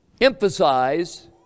emphasize